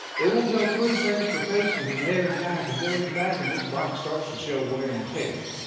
it will go through transportation there and back, and there and back, and this box starts to show wear and tear.